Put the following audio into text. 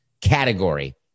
category